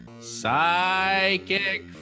psychic